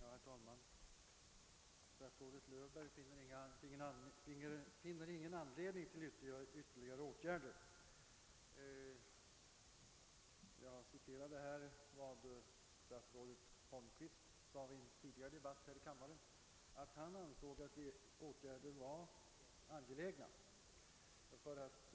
Herr talman! Statsrådet Löfberg finner ingen anledning att vidta ytterligare åtgärder. Jag nämnde i ett tidigare anförande att statsrådet Holmqvist i en debatt här i kammaren givit uttryck åt den uppfattningen, att åtgärder var angelägna för att